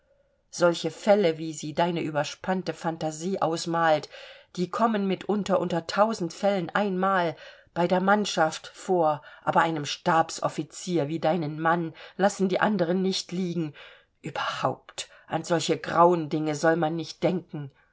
solche fälle wie sie deine überspannte phantasie ausmalt die kommen mitunter unter tausend fällen einmal bei der mannschaft vor aber einen stabsoffizier wie deinen mann lassen die anderen nicht liegen überhaupt an solche grauendinge soll man nicht denken